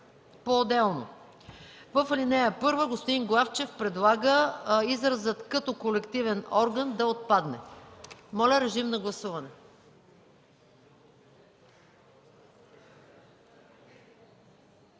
Поотделно. В ал. 1, господин Главчев предлага изразът „като колективен орган” да отпадне. Моля, гласувайте.